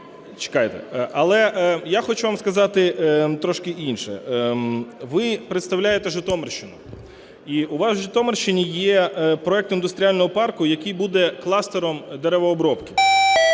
розглядав. Але я хочу вам сказати трошки інше. Ви представляєте Житомирщину. І у вас в Житомирщині є проект індустріального парку, який буде кластером деревообробки.